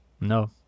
No